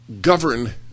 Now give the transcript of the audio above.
govern